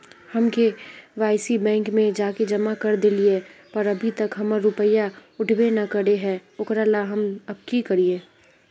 हम KYC bank में जाके जमा कर देलिए पर अभी तक हमर रुपया उठबे न करे है ओकरा ला हम अब की करिए?